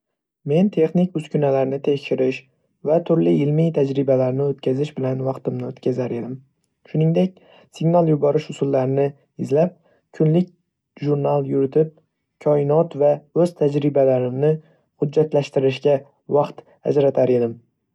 Men texnik uskunalarni tekshirish va turli ilmiy tajribalarni o'tkazish bilan vaqtimni o‘tkazar edim. Shuningdek, signal yuborish usullarini izlab, kunlik jurnal yuritib, koinot va o‘z tajribalarimni hujjatlashtirishga vaqt ajratar edim.